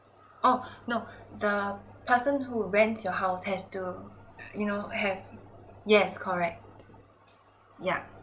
oh no the person who rents your house has to you know have yes correct yeah